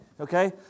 okay